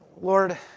Lord